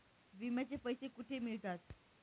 विम्याचे पैसे कुठे मिळतात?